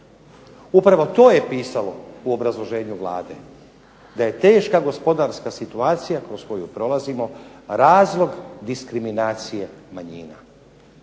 Upravo je to pisalo u obrazloženju vlade. Da je teška gospodarska situacija kroz koju prolazimo razlog diskriminacije manjina.